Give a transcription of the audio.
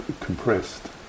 compressed